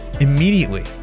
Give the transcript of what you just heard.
Immediately